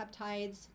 peptides